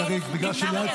רגע, שנייה.